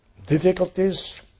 difficulties